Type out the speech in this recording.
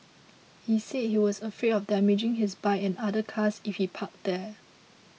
he said he was afraid of damaging his bike and other cars if he parked there